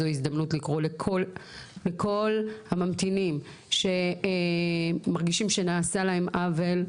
זו הזדמנות לקרוא לכל הממתינים שמרגישים שנעשה להם עוול,